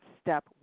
step